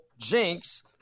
Jinx